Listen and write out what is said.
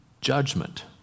Judgment